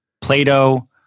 Plato